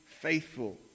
faithful